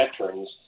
veterans